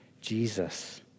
Jesus